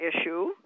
issue